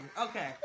Okay